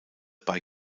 bei